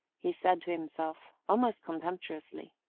he said to himself, almost contemptuously.